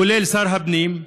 כולל שר הפנים,